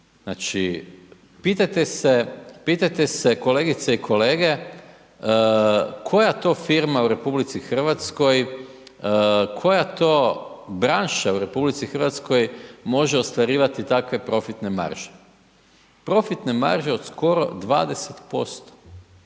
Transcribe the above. Pitajte se kolegice i kolege koja to firma u RH koja to branša u RH može ostvarivati takve profitne marže, profitne marže od skoro 20%.